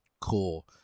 Cool